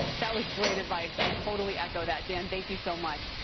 that was great advice i totally echo that, dan, thank you so much.